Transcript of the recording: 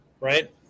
right